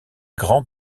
grands